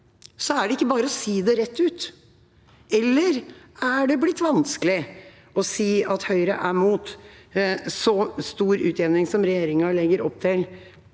Er det ikke bare å si det rett ut? Eller er det blitt vanskelig å si at Høyre er imot så stor utjevning som regjeringa legger opp til,